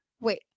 Wait